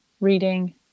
reading